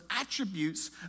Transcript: attributes